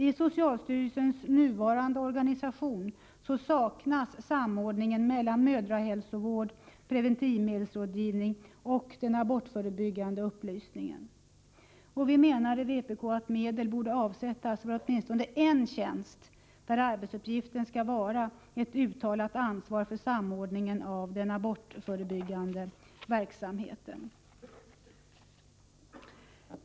I socialstyrelsens nuvarande organisation saknas samordningen mellan mödrahälsovård/preventivmedelsrådgivning och abortförebyggande upplysning. I vpk anser vi att medel borde avsättas för åtminstone en tjänst, där arbetsuppgiften skall vara att ta ett uttalat ansvar för samordningen av den abortförebyggande verksamheten.